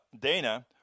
Dana